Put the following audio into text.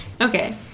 Okay